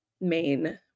main